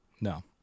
No